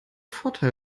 vorteil